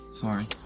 Sorry